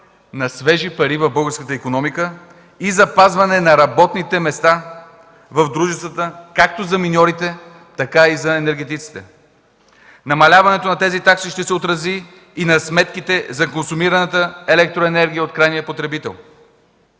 на свежи пари в българската икономика и запазване на работните места в дружествата както за миньорите, така и за енергетиците. Намаляването на тези такси ще се отрази и на сметките за консумираната електроенергия от крайния потребител.